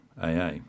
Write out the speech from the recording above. AA